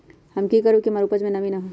हम की करू की हमार उपज में नमी होए?